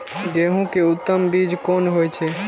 गेंहू के उत्तम बीज कोन होय छे?